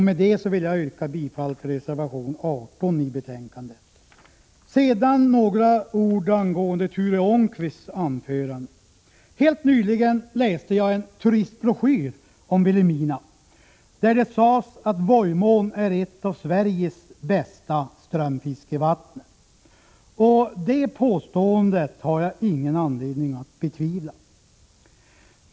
Med det vill jag yrka bifall till reservation 18 vid betänkandet. Sedan några ord angående Ture Ångqvists anförande. Helt nyligen läste jag i en turistbroschyr om Vilhelmina, där det sades att Våjmån är ett av Sveriges bästa strömfiskevatten. Det påståendet har jag ingen anledning att betvivla.